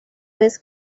vez